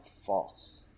false